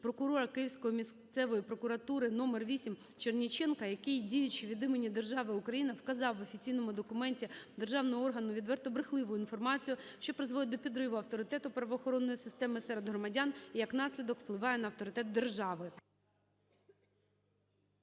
прокурора Київської місцевої прокуратури № 8 Черніченко, який діючи від імені держави Україна, вказав в офіційному документі державного органу відверто брехливу інформацію, що призводить до підриву авторитету правоохоронної системи серед громадян і як наслідок впливає на авторитет держави.